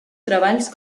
treballs